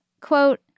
quote